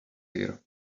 here